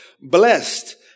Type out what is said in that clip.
Blessed